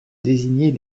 désigner